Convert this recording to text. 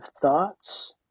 thoughts